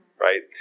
right